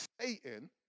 Satan